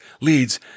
leads